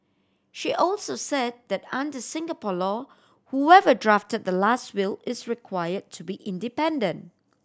she also said that under Singapore law whoever drafted the last will is required to be independent